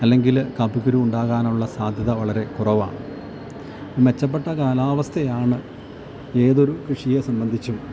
അല്ലെങ്കിൽ കാപ്പിക്കുരു ഉണ്ടാകാനുള്ള സാധ്യത വളരെ കുറവാണ് മെച്ചപ്പെട്ട കാലാവസ്ഥയാണ് ഏതൊരു കൃഷിയെ സംബന്ധിച്ചും